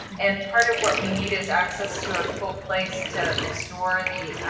and part of what we need is access to a cool place to store the